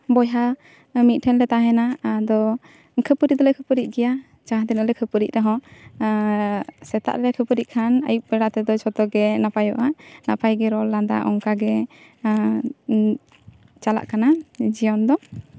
ᱵᱚᱭᱦᱟ ᱢᱤᱫ ᱴᱷᱮᱱᱞᱮ ᱛᱟᱦᱮᱱᱟ ᱟᱫᱚ ᱠᱷᱟᱹᱯᱟᱹᱨᱤ ᱫᱚᱞᱮ ᱠᱷᱟᱹᱯᱟᱹᱨᱤᱜ ᱜᱮᱭᱟ ᱡᱟᱦᱟ ᱛᱤᱱᱟᱹᱜ ᱞᱮ ᱠᱷᱟᱹᱯᱟᱹᱨᱤᱜ ᱨᱮᱦᱚᱸ ᱥᱮᱛᱟᱜ ᱞᱮ ᱠᱷᱟᱹᱯᱟᱹᱨᱤᱜ ᱠᱷᱟᱱ ᱟᱹᱭᱩᱵ ᱵᱮᱲᱟ ᱛᱮᱫᱚ ᱡᱚᱛᱚᱜᱮ ᱱᱟᱯᱟᱭᱚᱜᱼᱟ ᱱᱟᱯᱟᱭ ᱜᱮ ᱨᱚᱲ ᱞᱟᱸᱫᱟ ᱚᱱᱠᱟ ᱜᱮ ᱪᱟᱞᱟᱜ ᱠᱟᱱᱟ ᱡᱤᱭᱚᱱ ᱫᱚ